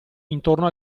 intorno